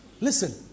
Listen